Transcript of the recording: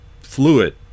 fluid